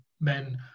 men